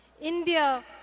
India